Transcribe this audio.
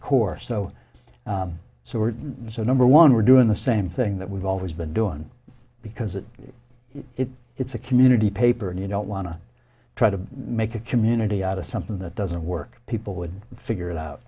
that course so so we're so number one we're doing the same thing that we've always been doing because it it it's a community paper and you don't wanna try to make a community out of something that doesn't work people would figure it out